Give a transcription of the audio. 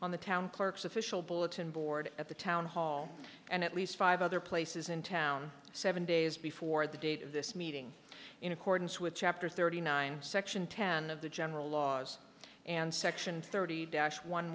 on the town clerk's official bulletin board at the town hall and at least five other places in town seven days before the date of this meeting in accordance with chapter thirty nine section ten of the general laws and section thirty dash one